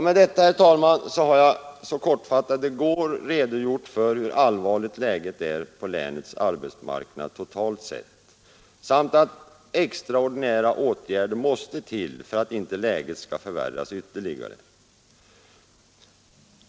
Med detta, herr talman, har jag så kortfattat det går redogjort för hur allvarligt läget är på länets arbetsmarknad totalt sett samt att extraordinära åtgärder måste till för att inte läget skall förvärras ytterligare.